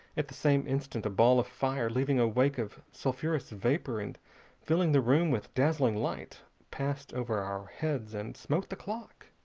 at the same instant a ball of fire, leaving a wake of sulphurous vapor and filling the room with dazzling light, passed over our heads and smote the clock.